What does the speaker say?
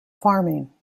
farming